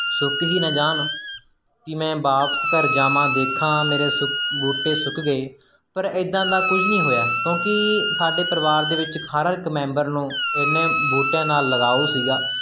ਸੁੱਕ ਹੀ ਨਾ ਜਾਣ ਕਿ ਮੈਂ ਵਾਪਸ ਘਰ ਜਾਵਾਂ ਦੇਖਾ ਮੇਰੇ ਸੁ ਬੂਟੇ ਸੁੱਕ ਗਏ ਪਰ ਇੱਦਾਂ ਦਾ ਕੁਝ ਨਹੀਂ ਹੋਇਆ ਕਿਉਂਕਿ ਸਾਡੇ ਪਰਿਵਾਰ ਦੇ ਵਿੱਚ ਹਰ ਇੱਕ ਮੈਂਬਰ ਨੂੰ ਇੰਨਾਂ ਬੂਟਿਆਂ ਨਾਲ ਲਗਾਓ ਸੀਗਾ